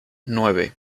nueve